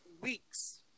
weeks